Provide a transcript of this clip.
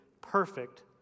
perfect